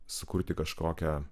sukurti kažkokią